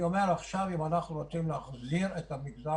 אז אם אנחנו רוצים להחזיר את המגזר